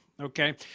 Okay